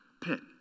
pit